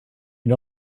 you